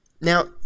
now